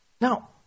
Now